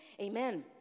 Amen